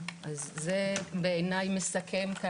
זה בעיניי מסכם.